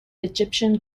egyptian